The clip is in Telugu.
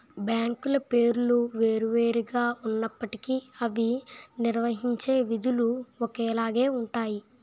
బ్యాంకుల పేర్లు వేరు వేరు గా ఉన్నప్పటికీ అవి నిర్వహించే విధులు ఒకేలాగా ఉంటాయి